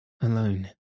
Alone